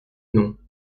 nom